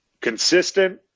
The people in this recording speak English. consistent